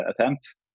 attempt